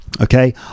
Okay